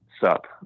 SUP